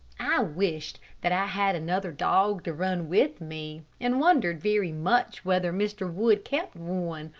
i wished that i had another dog to run with me, and wondered very much whether mr. wood kept one.